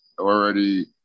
already